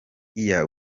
year